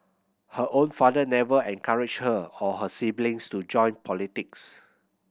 her own father never encouraged her or her siblings to join politics